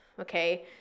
Okay